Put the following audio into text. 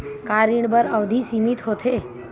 का ऋण बर अवधि सीमित होथे?